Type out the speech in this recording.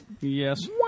Yes